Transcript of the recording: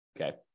okay